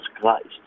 Christ